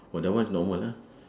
but that one is normal ah